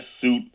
suit